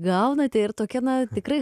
gaunate ir tokia na tikrai